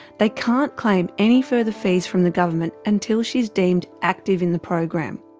they can't claim any further fees from the government until she's deemed active in the program.